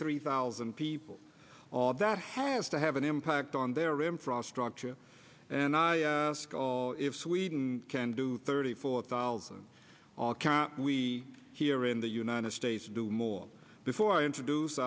three thousand people all that has to have an impact on their infrastructure and i ask all if sweden can do thirty four thousand we here in the united states do more before i introduce